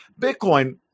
Bitcoin